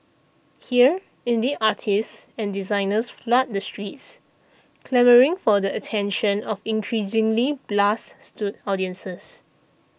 here indie artists and designers flood the streets clamouring for the attention of increasingly blase audiences